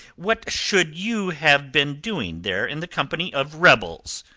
what should you have been doing there in the company of rebels,